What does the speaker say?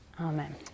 Amen